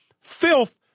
filth